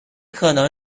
可能